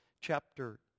chapter